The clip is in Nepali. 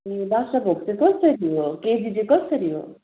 ए बादसाह भोग चाहिँ कसरी हो केजी चाहिँ कसरी हो